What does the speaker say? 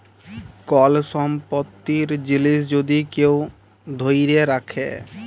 call সম্পত্তির জিলিস যদি কেউ ধ্যইরে রাখে